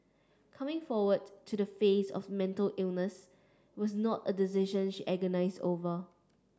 coming forward to the face of mental illness was not a decision she agonised over